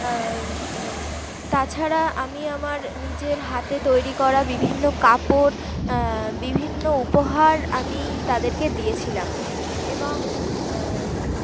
তাছাড়া আমি আমার নিজের হাতে তৈরি করা বিভিন্ন কাপড় বিভিন্ন উপহার আমি তাদেরকে দিয়েছিলাম এবং